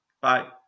Bye